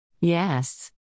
Yes